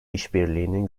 işbirliğinin